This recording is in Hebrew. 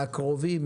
מהקרובים,